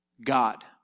God